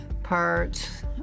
parts